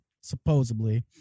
supposedly